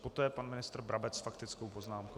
Poté pan ministr Brabec s faktickou poznámkou.